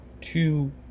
two